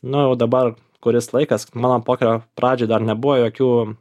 nu jau dabar kuris laikas mano pokerio pradžioj dar nebuvo jokių